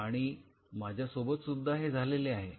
आणि माझ्या सोबत सुद्धा हे झालेले आहे